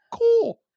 cool